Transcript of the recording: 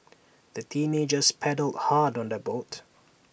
the teenagers paddled hard on their boat